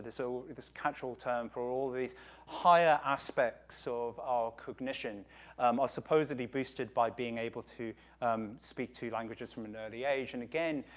so this catch-all term for all these higher aspects of our cognition are supposedly boosted by being able to speak two languages from an early age, and again,